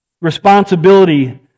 responsibility